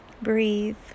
breathe